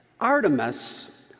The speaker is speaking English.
Artemis